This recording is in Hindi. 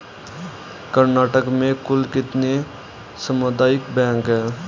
कर्नाटक में कुल कितने सामुदायिक बैंक है